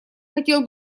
хотел